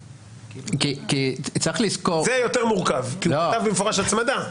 זה יותר מורכב כי הוא כתב במפורש הצמדה.